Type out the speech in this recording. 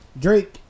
Drake